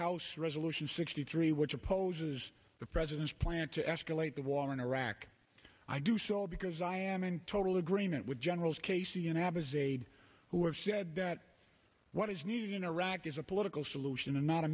house resolution sixty three which opposes the president's plan to escalate the war in iraq i do so because i am in total agreement with generals casey and abizaid who have said that what is needed in iraq is a political solution and not a